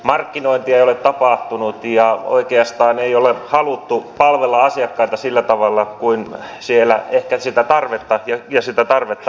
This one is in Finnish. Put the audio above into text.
markkinointi ei ole tapahtunut tiijä oikeestaan ei ole haluttu palvella asiakkaita sillä tavalla kuin siellä ei sitä tarvetta ja sitä tarvetta